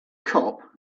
cop